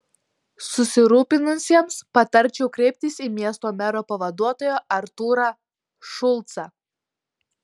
susirūpinusiesiems patarčiau kreiptis į miesto mero pavaduotoją artūrą šulcą